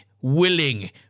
willing